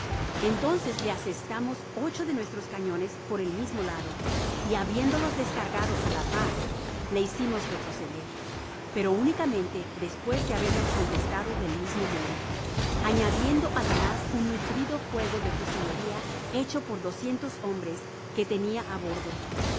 entonces le asestamos ocho de nuestros conoces por el mismo lado y habiéndolos descargado á la par le hicimos retroceder pero únicamente despues de habernos contestado del mismo modo añadiendo ademas un nutrido fuego de fusileria hecho por hombres que tenia á bordo